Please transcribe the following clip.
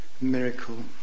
miracle